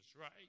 right